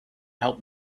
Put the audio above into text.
help